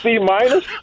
C-minus